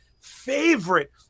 favorite